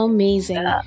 Amazing